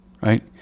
right